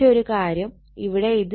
പക്ഷെ ഒരു കാര്യം ഇവിടെ ഇത് 5